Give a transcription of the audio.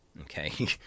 okay